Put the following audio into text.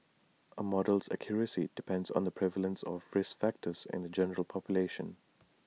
A model's accuracy depends on the prevalence of risk factors in the general population